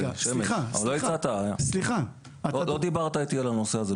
לא דיברת איתי על הנושא הזה.